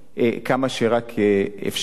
כמה שרק אפשר.